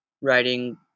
writing